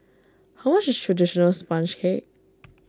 how much is Traditional Sponge Cake